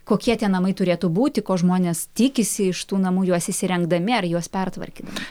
kokie tie namai turėtų būti ko žmonės tikisi iš tų namų juos įsirengdami ar juos pertvarkydami